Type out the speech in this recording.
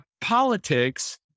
politics